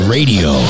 Radio